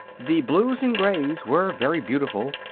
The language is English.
the blues and greys were very beautiful,